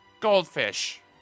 Goldfish